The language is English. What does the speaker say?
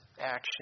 action